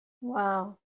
Wow